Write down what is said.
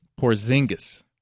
Porzingis